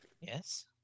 Yes